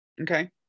okay